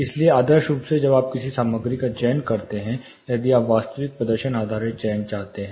इसलिए आदर्श रूप से जब आप किसी सामग्री का चयन करते हैं यदि आप एक वास्तविक प्रदर्शन आधारित चयन चाहते हैं